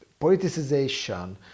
politicization